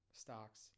stocks